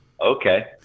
Okay